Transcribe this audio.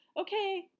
okay